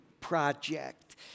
project